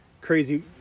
crazy